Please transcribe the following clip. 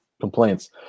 complaints